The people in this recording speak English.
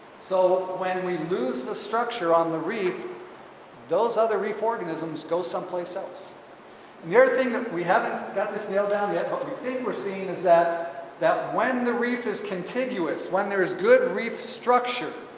so, when we lose the structure on the reef those other reef organisms go someplace else near thing that we haven't got this nail down yet but we think we're seeing is that that when the reef is contiguous, when there's good reef structure,